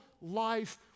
life